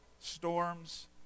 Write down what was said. storms